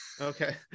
Okay